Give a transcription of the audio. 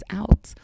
out